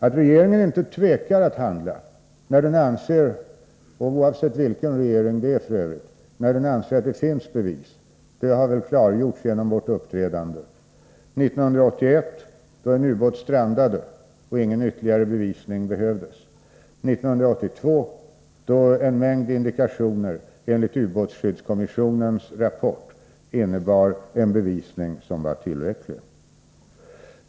Att regeringen inte tvekar att handla — f. ö. oavsett vilken svensk regering det gäller — när den anser att det finns bevis har väl klargjorts genom vårt uppträdande både 1981, då en ubåt strandade och ingen ytterligare bevisning behövdes, och 1982, då en mängd indikationer enligt ubåtsskyddskommissionens rapport innebar en bevisning som var tillräcklig.